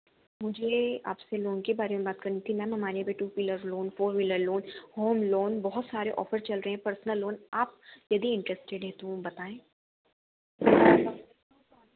मुझे आपसे लोन के बारे में बात करनी थी मैम हमारे यहाँ two wheelers loan four wheeler loan home loan बहुत सारे ऑफर चल रहे हैं पर्सनल लोन आप यदि इंट्रेस्टेड हैं तो बताएँ